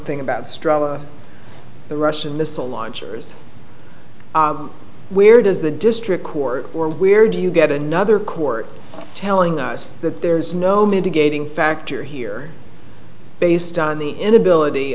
thing about struggle the russian missile launchers where does the district court or where do you get another court telling us that there is no mitigating factor here based on the inability